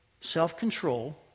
Self-control